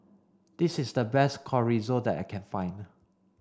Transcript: this is the best Chorizo that I can find